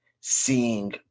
seeing